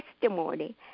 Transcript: testimony